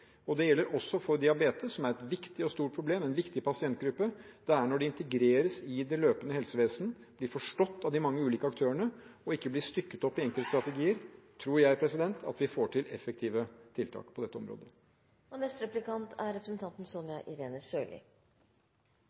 integrering. Det gjelder også for diabetes, som er et viktig og stort problem – med en viktig pasientgruppe. Det er når det integreres i det løpende helsevesen, blir forstått av de mange ulike aktørene og ikke blir stykket opp i enkeltstrategier, at jeg tror vi får til effektive tiltak på dette